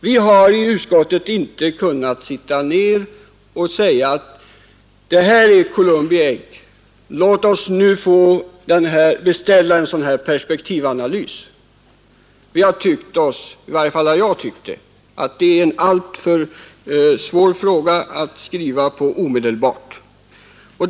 Vi har i utskottet inte kunnat säga oss: Det här är Columbi ägg! Låt oss nu beställa en sådan här perspektivanalys. Vi har tyckt — det har i varje fall jag gjort — att detta är en alltför svår fråga att omedelbart ta ställning till.